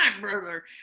brother